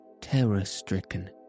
terror-stricken